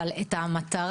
אבל את המטרה,